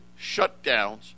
shutdowns